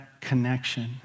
connection